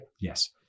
Yes